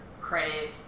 credit